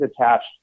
attached